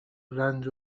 رنج